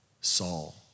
Saul